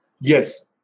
Yes